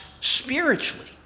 spiritually